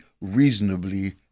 reasonably